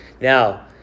Now